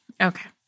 Okay